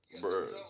Bro